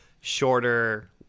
shorter